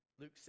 Luke